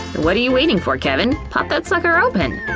what are you waiting for kevin, pop that sucker open!